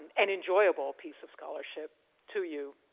an enjoyable piece of scholarship to you.